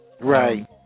Right